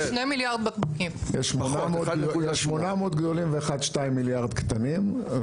800 גדולים ו-1.2 מיליארד קטנים.